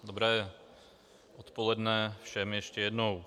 Dobré odpoledne všem ještě jednou.